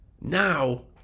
Now